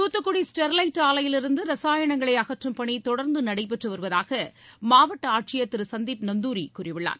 Thoothukudi Sterlite ஆலையிலிருந்து ரசாயனங்களை அகற்றும் பணி தொடர்ந்து நடைபெற்று வருவதாக மாவட்ட ஆட்சியர் திரு சந்தீப் நந்தூரி கூறியுள்ளார்